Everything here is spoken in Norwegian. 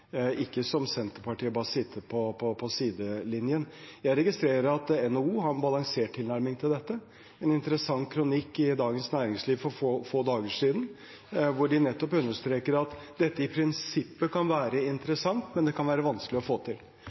bare sitte på sidelinjen. Jeg registrerer at NHO har en balansert tilnærming til dette, bl.a. i en interessant kronikk i Dagens Næringsliv for få dager siden, hvor de nettopp understreker at dette i prinsippet kan være interessant, men at det kan være vanskelig å få det til.